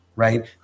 Right